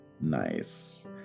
Nice